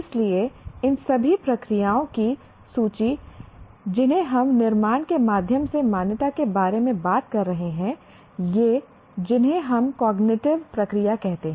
इसलिए इन सभी प्रक्रियाओं की सूची जिन्हें हम निर्माण के माध्यम से मान्यता के बारे में बात कर रहे हैं या जिन्हें हम कॉग्निटिव प्रक्रिया कहते हैं